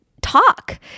talk